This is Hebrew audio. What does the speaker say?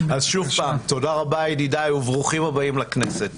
תודה רבה ידידיי, וברוכים הבאים לכנסת.